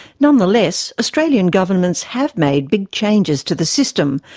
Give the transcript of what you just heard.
nonetheless, australian governments have made big changes to the system,